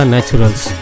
Naturals